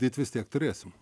bet vis tiek turėsim